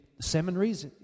seminaries